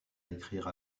écrire